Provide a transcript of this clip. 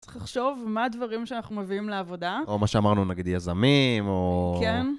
צריך לחשוב מה הדברים שאנחנו מביאים לעבודה. או מה שאמרנו, נגיד, יזמים או... כן.